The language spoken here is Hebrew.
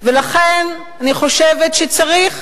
ולכן אני חושבת שצריך,